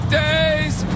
days